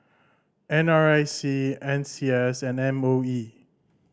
N R I C N C S and M O E